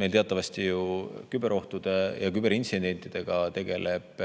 meil teatavasti küberohtude ja küberintsidentidega tegelevad